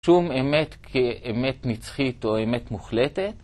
שום אמת כאמת נצחית או אמת מוחלטת.